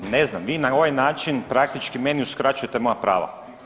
Ne znam vi na ovaj način praktički meni uskraćujte moja prava.